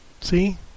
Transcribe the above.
See